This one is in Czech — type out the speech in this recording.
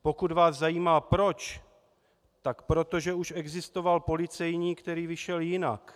Pokud vás zajímá proč, tak proto, že už existoval policejní, který vyšel jinak.